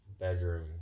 bedroom